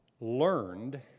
learned